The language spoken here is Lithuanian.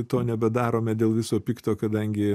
to nebedarome dėl viso pikto kadangi